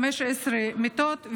15 מיטות,